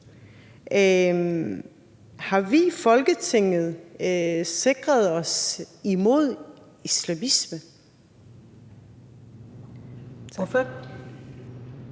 Har vi i Folketinget sikret os imod islamisme? Kl.